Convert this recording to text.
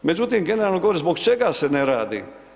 Međutim, generalno govorim zbog čega se ne radi?